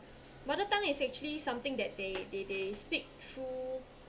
mother tongue is actually something that they they they speak through